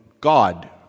God